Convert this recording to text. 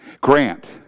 Grant